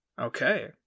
Okay